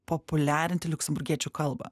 populiarinti liuksemburgiečių kalbą